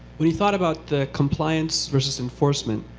when you thought about the compliance versus enforcement,